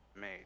made